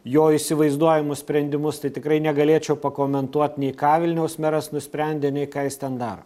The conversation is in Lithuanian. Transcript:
jo įsivaizduojamus sprendimus tai tikrai negalėčiau pakomentuot nei ką vilniaus meras nusprendė nei ką jis ten daro